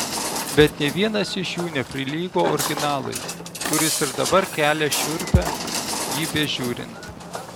bet nė vienas iš jų neprilygo originalui kuris ir dabar kelia šiurpią jį bežiūrint